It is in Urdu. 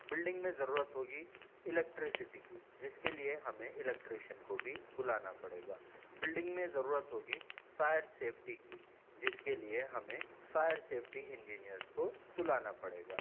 بلڈنگ میں ضرورت ہوگی الیکٹریسٹی کی جس کے لیے ہمیں الیکٹریشن کو بھی بلانا پڑے گا بلڈنگ میں ضرورت ہوگی فائر سیفٹی کی جس کے لیے ہمیں فائر سیفٹی انجینئرس کو بلانا پڑے گا